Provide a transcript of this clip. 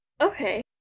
Okay